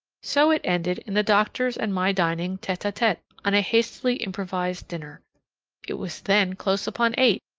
so it ended in the doctor's and my dining tete-a-tete on a hastily improvised dinner it was then close upon eight,